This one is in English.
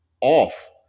off